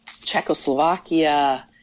Czechoslovakia